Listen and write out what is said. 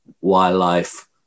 wildlife